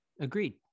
Agreed